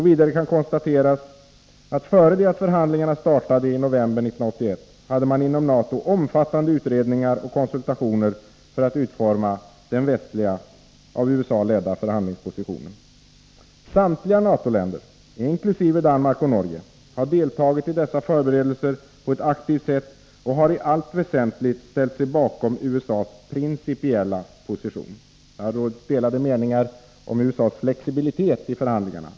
Vidare kan man konstatera att innan förhandlingarna startade i november 1981 hade man inom NATO omfattande utredningar och konsultationer för att utforma den av USA ledda västliga förhandlingspositionen. Samtliga NATO-länder, inkl. Danmark och Norge, har deltagit i dessa förberedelser på ett aktivt sätt och har i allt väsentligt ställt sig bakom USA:s principiella position. Det har rått delade meningar om USA:s flexibilitet i förhandlingarna.